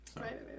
right